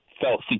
felt